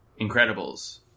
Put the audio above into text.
Incredibles